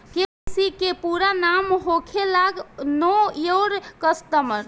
KYC के पूरा नाम होखेला नो योर कस्टमर